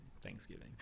Thanksgiving